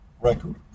record